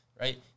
right